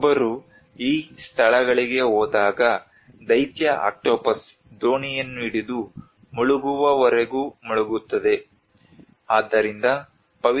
ಒಬ್ಬರು ಈ ಸ್ಥಳಗಳಿಗೆ ಹೋದಾಗ ದೈತ್ಯ ಆಕ್ಟೋಪಸ್ ದೋಣಿಯನ್ನು ಹಿಡಿದು ಮುಳುಗುವವರೆಗೂ ಮುಳುಗುತ್ತದೆ